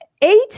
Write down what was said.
eight